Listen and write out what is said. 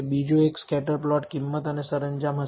બીજો એક scatter plot કિંમત અને સરંજામ હશે